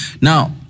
Now